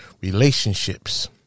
relationships